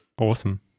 Awesome